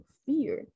fear